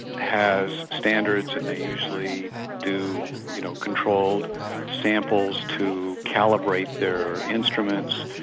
has standards, and they usually do you know controlled samples to calibrate their instruments,